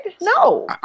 no